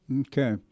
Okay